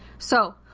so,